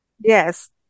yes